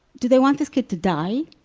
do they want this kid to die!